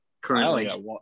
currently